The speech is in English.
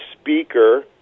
speaker